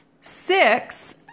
six